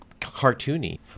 cartoony